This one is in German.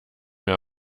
mehr